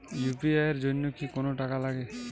UPI এর জন্য কি কোনো টাকা লাগে?